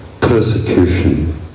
persecution